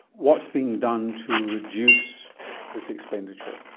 what's being done to reduce this expenditure?